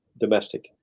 domestic